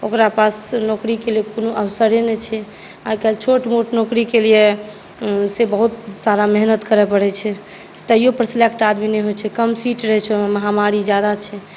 ओकरा पास नौकरी के लिए कोनो अवसरे नहि छै आइ काल्हि छोट मोट नौकरी के लिए से बहुत सारा मेहनत करय पड़ैत छै तैओपर सेलेक्ट आदमी नहि होइत छै कम सीट रहैत छै ओहिमे महामारी ज़्यादा छै